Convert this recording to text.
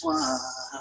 one